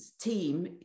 team